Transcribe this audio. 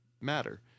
matter